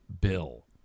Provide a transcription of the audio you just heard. bill